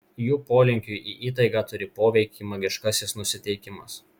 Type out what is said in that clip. jų polinkiui į įtaigą turi poveikį magiškasis nusiteikimas